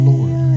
Lord